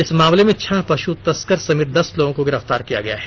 इस मामले में छह पशु तस्कर समेत दस लोगों को गिरफ्तार भी किया गया है